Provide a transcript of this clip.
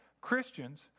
christians